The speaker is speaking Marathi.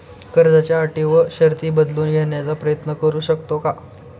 कर्जाच्या अटी व शर्ती बदलून घेण्याचा प्रयत्न करू शकतो का?